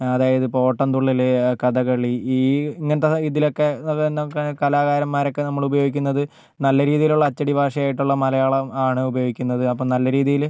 അതായത് ഇപ്പോൾ ഓട്ടംതുള്ളല് കഥകളി ഈ ഇങ്ങനത്തെ ഇതിലൊക്കെ സാധാരണ കലാകാരൻമാരൊക്കെ നമ്മള് ഉപയോഗിക്കുന്നത് നല്ല രീതിയിലുള്ള അച്ചടി ഭാഷയായിട്ടുള്ള മലയാളം ആണ് ഉപയോഗിക്കുന്നത് അപ്പം നല്ല രീതിയില്